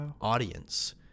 audience